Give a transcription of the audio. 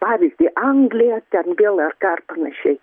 pavyzdį angliją ten vėl ar ką ar panašiai